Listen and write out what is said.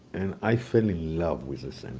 and i fell in love with this